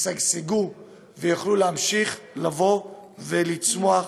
ישגשגו ויוכלו להמשיך לצמוח.